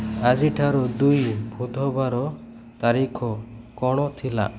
ଆଜିଠାରୁ ଦୁଇ ବୁଧବାରର ତାରିଖ କ'ଣ ଥିଲା